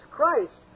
Christ